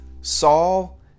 Saul